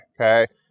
Okay